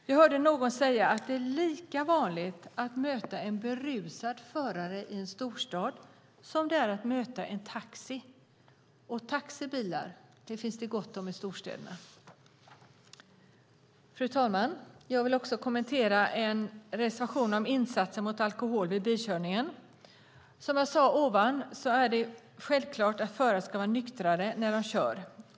Jag hörde någon säga att det är lika vanligt att möta en berusad förare i en storstad som det är att möta en taxi, och taxibilar finns det gott om i storstäderna. Fru talman! Jag vill också kommentera en reservation om insatser mot alkohol vid bilkörning. Som jag sade tidigare är det självklart att förare ska vara nyktra när de kör.